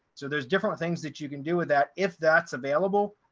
so there's different things that you can do with that if that's available,